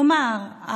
כלומר,